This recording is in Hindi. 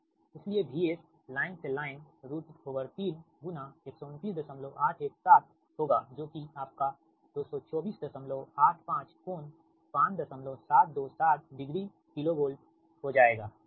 इसलिए VS लाइन से लाइन 3 गुणा 129817 होगा जो कि आपका 22485 कोण 57272 डिग्री KV हो जाएगा ठीक है